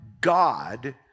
God